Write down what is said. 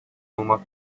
olmak